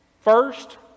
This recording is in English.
first